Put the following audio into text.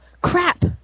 crap